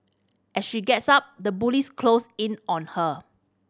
as she gets up the bullies close in on her